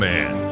Man